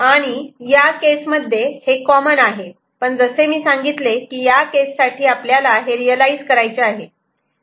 आणि या केसमध्ये हे कॉमन आहे पण जसे मी सांगितले की या केसासाठी आपल्याला हे रियलायझ करायचे आहे